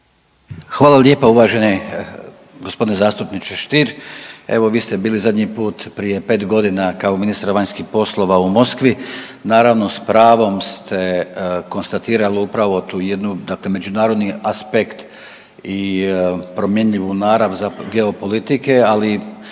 Hvala lijepa uvaženih gospodine zastupniče Stier, evo vi ste bili zadnji put prije 5 godina kao ministar vanjskih poslova u Moskvi, naravno s pravom ste konstatirali upravo tu jednu, dakle međunarodni aspekt i promjenjivu narav geopolitike, ali